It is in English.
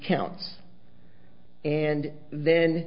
counts and then